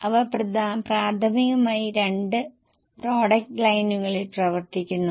അവ പ്രാഥമികമായി രണ്ട് പ്രോഡക്റ്റ് ലൈനുകളിൽ പ്രവർത്തിക്കുന്നു